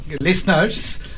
listeners